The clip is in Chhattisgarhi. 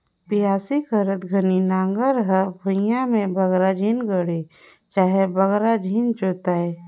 बियासी करत घनी नांगर हर भुईया मे बगरा झिन गड़े चहे बगरा झिन जोताए